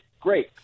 great